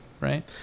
right